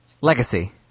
Legacy